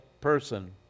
person